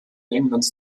englands